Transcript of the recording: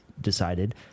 decided